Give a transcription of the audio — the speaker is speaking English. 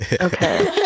okay